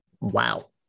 Wow